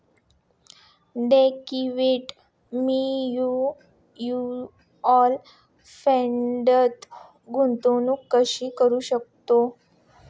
Equity mutual फंडात गुंतवणूक कशी करू शकतो?